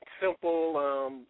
simple